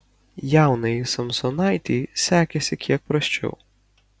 jaunajai samsonaitei sekėsi kiek prasčiau